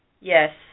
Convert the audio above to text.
Yes